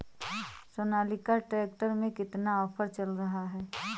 Sonalika tractor में कितना offer चल रहा है?